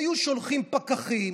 היו שולחים פקחים